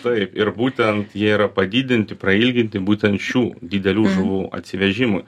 taip ir būtent jie yra padidinti prailginti būtent šių didelių žuvų atsivežimui